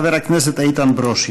חבר הכנסת איתן ברושי.